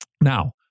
Now